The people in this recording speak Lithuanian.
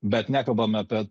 bet nekalbama apie